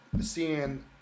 seeing